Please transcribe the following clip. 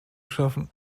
schaffen